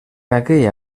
aquell